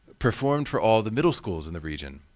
performed for all the middle schools in the region.